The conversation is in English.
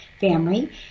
family